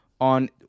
on